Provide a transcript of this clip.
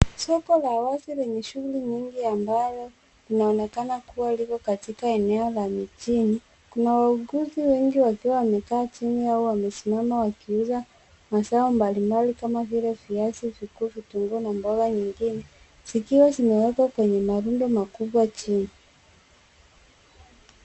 Soko la wazi lenye shughuli nyingi ambalo linaonekana kuwa liko katika eneo la mijini. Kuna wauguzi wengi wakiwa wamekaa chini au wamesimama wakiuza mazao mbalimbali kama vile viazi vikuu , vitunguu na mboga nyingine zikiwa zimewekwa kwenye marundo makubwa chini.